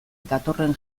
datorren